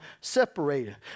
separated